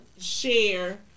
share